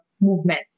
movement